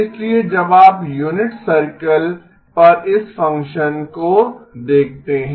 इसलिए जब आप यूनिट सर्कल पर इस फ़ंक्शन को देखते हैं